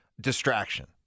distraction